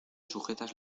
sujetas